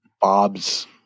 Bob's